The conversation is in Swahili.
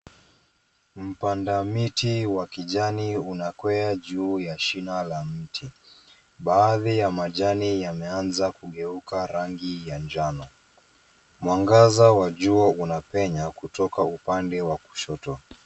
Mpanda miti wa kijani unakwea juu ya shina la mti. Baadhi ya majani yameanza kugeuka rangi ya njano. Mwangaza wa jua unapenya kutoka upande wa kushoto.